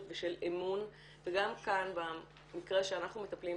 ושל אמון וגם כאן במקרה שאנחנו מטפלים,